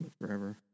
forever